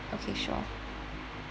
okay sure ya